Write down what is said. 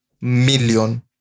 million